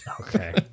Okay